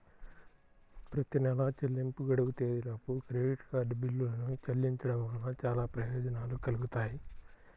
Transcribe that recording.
ప్రతి నెలా చెల్లింపు గడువు తేదీలోపు క్రెడిట్ కార్డ్ బిల్లులను చెల్లించడం వలన చాలా ప్రయోజనాలు కలుగుతాయి